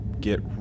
get